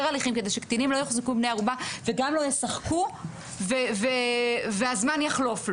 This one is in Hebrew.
הליכים כדי שקטינים לא יוחזקו בני ערובה וגם לא ישחקו והזמן יחלוף לו.